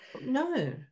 no